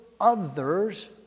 others